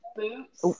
boots